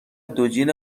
دوجین